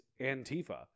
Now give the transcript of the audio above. Antifa